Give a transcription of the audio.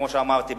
כמו שאמרתי,